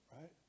Right